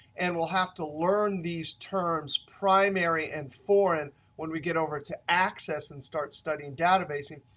and we'll have to learn these terms primary and foreign when we get over to access and start studying databasing,